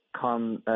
come –